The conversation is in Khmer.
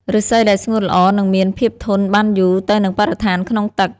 ឫស្សីដែលស្ងួតល្អនឹងមានភាពធន់បានយូរទៅនឹងបរិស្ថានក្នុងទឹក។